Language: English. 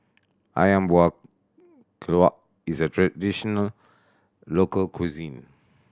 Ayam Buah Keluak is a traditional local cuisine